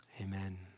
Amen